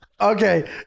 okay